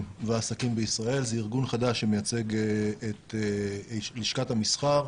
והעסקים בישראל זה ארגון חדש שמייצג את לשכת המסחר,